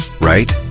right